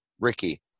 Ricky